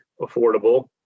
affordable